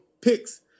picks